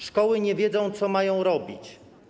Szkoły nie wiedzą, co mają robić.